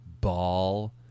ball